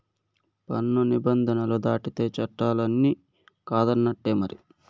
పన్ను నిబంధనలు దాటితే చట్టాలన్ని కాదన్నట్టే మరి